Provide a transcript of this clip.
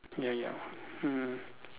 ya ya mm